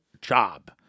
job